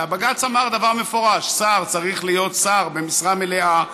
ובג"ץ אמר דבר מפורש: שר צריך להיות שר במשרה מלאה,